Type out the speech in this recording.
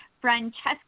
Francesca